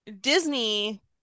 Disney